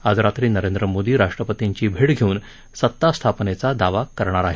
आज रात्री नरेंद्र मोदी राष्ट्रपतींची भेट घेऊन सत्ता स्थापनेचा दावा करणार आहे